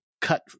cut